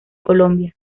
colombia